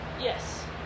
Yes